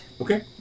Okay